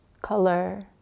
color